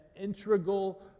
integral